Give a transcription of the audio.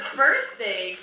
birthday